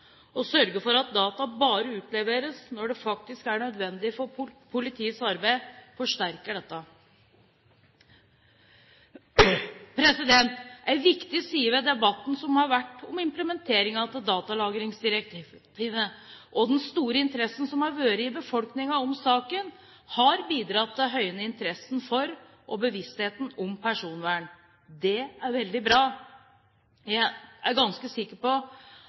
og sørge for at data bare utleveres når de faktisk er nødvendige for politiets arbeid, forsterker dette. En viktig side ved debatten om implementering av datalagringsdirektivet, og den store interessen som har vært i befolkningen om saken, har bidratt til å høyne interessen for og bevisstheten om personvern. Det er veldig bra! Jeg er ganske sikker på